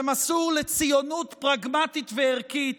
שמסור לציונות פרגמטית וערכית,